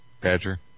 Badger